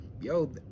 yo